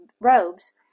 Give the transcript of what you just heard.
robes